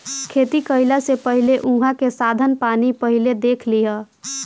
खेती कईला से पहिले उहाँ के साधन पानी पहिले देख लिहअ